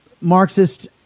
Marxist